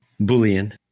Boolean